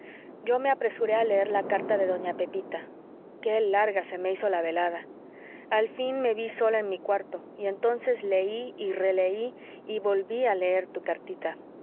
yo me apresuré a leer la carta de doña pepita qué larga se me hizo la velada al fin me vi sola en mi cuarto y entonces leí y releí y volví a leer tu cartita